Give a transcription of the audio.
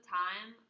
time